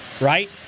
right